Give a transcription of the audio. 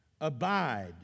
abide